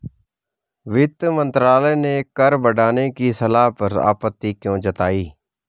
वित्त मंत्रालय ने कर बढ़ाने की सलाह पर आपत्ति क्यों जताई?